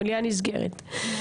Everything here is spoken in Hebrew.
המליאה ננעלת.